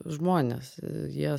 žmonės jie